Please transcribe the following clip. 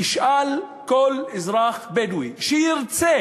תשאל כל אזרח בדואי שירצה